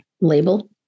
label